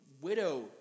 widow